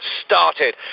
started